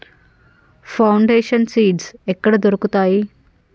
Foundation seeds ఎక్కడ దొరుకుతాయి?